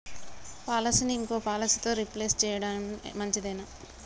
పాలసీని ఇంకో పాలసీతో రీప్లేస్ చేయడం మంచిదేనా?